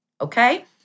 okay